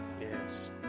Yes